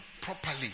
properly